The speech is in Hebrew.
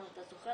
גם אם אתה זוכה,